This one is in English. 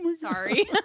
Sorry